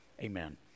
Amen